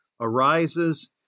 arises